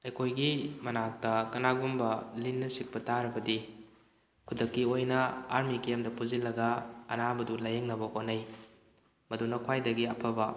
ꯑꯩꯈꯣꯏꯒꯤ ꯃꯅꯥꯛꯇ ꯀꯅꯥꯒꯨꯝꯕ ꯂꯤꯟꯅ ꯆꯤꯛꯄ ꯇꯥꯔꯕꯗꯤ ꯈꯨꯗꯛꯀꯤ ꯑꯣꯏꯅ ꯑꯥꯔꯃꯤ ꯀꯦꯝꯗ ꯄꯨꯁꯤꯜꯂꯒ ꯑꯅꯥꯕꯗꯨ ꯂꯥꯏꯌꯦꯡꯅꯕ ꯍꯣꯠꯅꯩ ꯃꯗꯨꯅ ꯈ꯭ꯋꯥꯏꯗꯒꯤ ꯑꯐꯕ